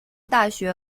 大学